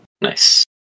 Nice